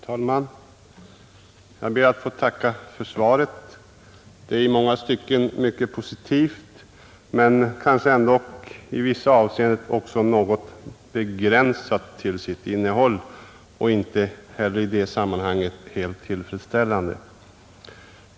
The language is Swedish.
Herr talman! Jag ber att få tacka för svaret. Det är i många stycken mycket positivt men ändå i vissa avseenden också något begränsat till sitt innehåll och i detta sammanhang inte heller helt tillfredsställande.